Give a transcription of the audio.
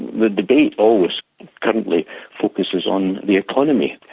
the debate always currently focuses on the economy.